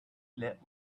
let